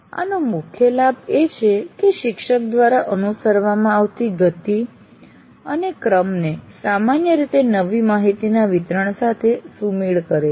આનો મુખ્ય લાભ એ છે કે શિક્ષક દ્વારા અનુસરવામાં આવતી ગતિ અને ક્રમને સામાન્ય રીતે નવી માહિતીના વિતરણ સાથે સુમેળ કરે છે